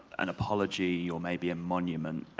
an apology or maybe a monument.